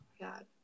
God